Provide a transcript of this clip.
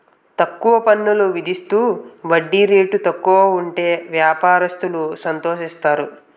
తక్కువ పన్నులు విధిస్తూ వడ్డీ రేటు తక్కువ ఉంటే వ్యాపారస్తులు సంతోషిస్తారు